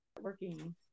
working